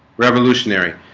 revolutionary